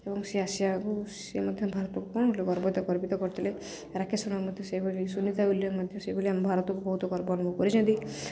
ଏବଂ ସେ ଆସିିବାକୁ ସିଏ ମଧ୍ୟ ଭାରତକୁ ଗର୍ବିତ କରିଥିଲେ ରାକେଶ ଶର୍ମା ମଧ୍ୟ ସେଇଭଳି ସୁନିତା ଉୟିଲିୟମ୍ ମଧ୍ୟ ସେଭଳି ଆମ ଭାରତକୁ ବହୁତ ଗର୍ବ ଅନୁଭବ କରିଛନ୍ତି